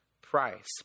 price